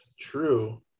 True